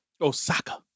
Osaka